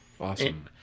Awesome